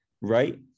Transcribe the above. right